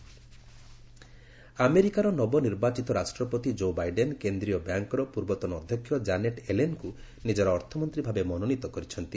US president ଆମେରିକାର ନବନିର୍ବାଚିତ ରାଷ୍ଟ୍ରପତି ଜୋ ବାଇଡେନ୍ କେନ୍ଦ୍ରୀୟ ବ୍ୟାଙ୍କ୍ର ପୂର୍ବତନ ଅଧ୍ୟକ୍ଷ କାନେଟ୍ ୟେଲେନ୍ଙ୍କୁ ନିକର ଅର୍ଥମନ୍ତ୍ରୀ ଭାବେ ମନୋନୀତ କରିଛନ୍ତି